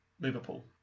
Liverpool